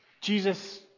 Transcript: Jesus